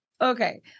Okay